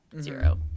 zero